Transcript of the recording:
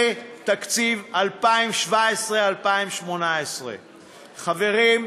זה תקציב 2017 2018. חברים,